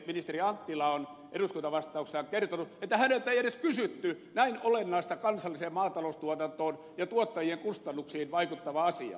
ministeri anttila on eduskuntavastauksessaan kertonut että häneltä ei edes kysytty näin olennaista kansalliseen maataloustuotantoon ja tuottajien kustannuksiin vaikuttavaa asiaa